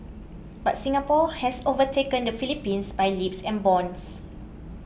but Singapore has overtaken the Philippines by leaps and bounds